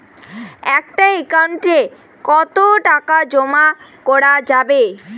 একটা একাউন্ট এ কতো টাকা জমা করা যাবে?